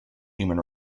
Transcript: human